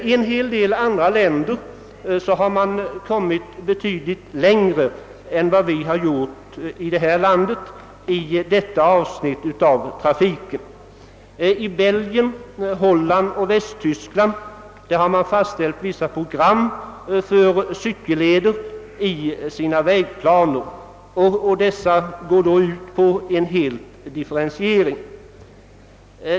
I en hel del andra länder har man kommit betydligt längre än vi gjort i vårt land när det gäller detta avsnitt av trafiken. I Belgien, Holland och Västtyskland har man i vägplanerna fastställt vissa program för cykelleder. Programmen går ut på en hel differentiering.